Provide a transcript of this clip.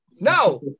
No